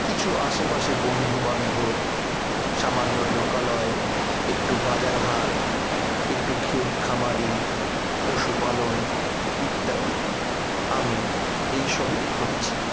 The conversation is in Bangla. কিছু আশেপাশে বন্ধুবান্ধব সামান্য লোকালয় একটু বাজারহাট একটু ক্ষেতখামারি পশুপালন ইত্যাদি আমি এই সবই খুঁজছি